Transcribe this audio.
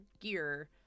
gear